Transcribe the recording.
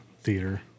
theater